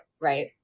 right